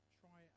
try